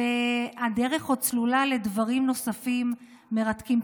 והדרך עוד סלולה לדברים נוספים, מרתקים.